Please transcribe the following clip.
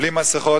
בלי מסכות,